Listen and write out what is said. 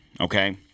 okay